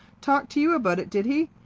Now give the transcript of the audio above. talked to you about it did he?